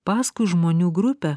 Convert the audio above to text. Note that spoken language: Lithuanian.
paskui žmonių grupę